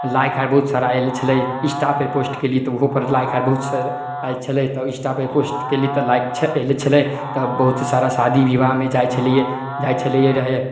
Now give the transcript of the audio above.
like आर बहुत सारा आयल छलै इंस्टापर पोस्ट कयलियै तऽ ओहोपर लाइक आर बहुत सारा आयल छलै तऽ इंस्टापर पोस्ट कयली तऽ लाइक छलै आयल छलै तऽ बहुत सारा शादी विवाहमे जाइ छलियै जाइ छलियै रहय